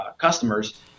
customers